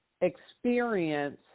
experience